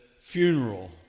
funeral